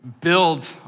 build